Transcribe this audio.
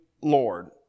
Lord